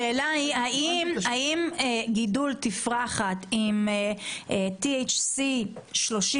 השאלה היא האם גידול תפרחת עם THC 40-30,